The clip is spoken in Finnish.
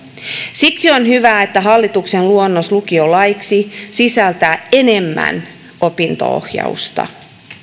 siksi on hyvä että hallituksen luonnos lukiolaiksi sisältää enemmän opinto ohjausta